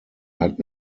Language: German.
hat